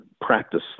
practice